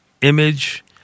image